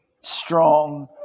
strong